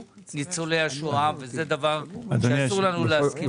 ניצולי השואה וזה דבר שאסור לנו להסכים לו.